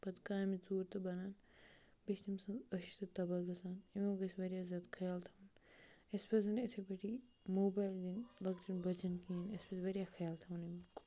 پَتہٕ کامہِ ژوٗر تہٕ بَنان بیٚیہِ چھِ تٔمۍ سٕنٛز أچھ تہٕ تَباہ گَژھان اَمیُک گژھِ واریاہ زیادٕ خیال تھاوُن اَسہِ پَزن یِتھَے پٲٹھی موبایِل دِنۍ لۄکچن بَچَن کِہیٖنۍ اَسہِ پَزِ واریاہ خیال تھاوُن اَمیُک